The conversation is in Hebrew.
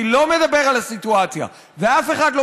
אני לא מדבר על הסיטואציה ואף אחד לא